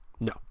No